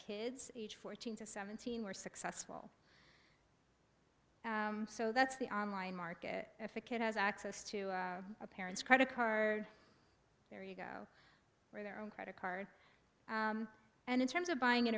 kids age fourteen to seventeen were successful so that's the online market if a kid has access to a parent's credit card there you go their own credit card and in terms of buying in